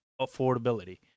affordability